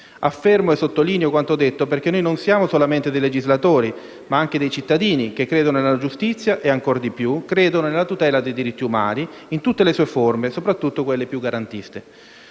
Affermo e sottolineo quanto detto, perché noi non siamo solamente dei legislatori ma anche dei cittadini, che credono nella giustizia e - ancor di più - credono nella tutela dei diritti umani, in tutte le sue forme, soprattutto quelle più garantiste.